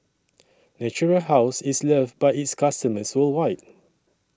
Natural House IS loved By its customers worldwide